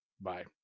Bye